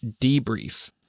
debrief